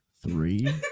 Three